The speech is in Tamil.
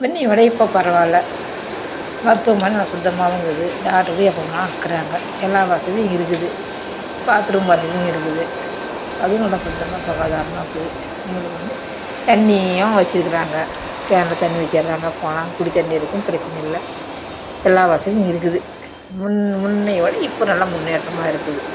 முன்னைய விட இப்போ பரவால்ல மருத்துவமனை நல்லா சுத்தமாகவும் இருக்குது டாக்டரும் எப்போ வேணா அங்கே இருக்கறாங்க எல்லா வசதியும் இருக்குது பாத்ரூம் வசதியும் இருக்குது அதுவும் நல்ல சுத்தமாக சுகாதாரமாக இருக்குது எங்களுக்கு வந்து தண்ணியும் வச்சிருக்கறாங்க கேனில் தண்ணி வச்சர்றாங்க போனால் குடி தண்ணீருக்கும் பிரச்சனை இல்லை எல்லா வசதியும் இருக்குது முன் முன்னைய விட இப்போ நல்லா முன்னேற்றமாக இருக்குது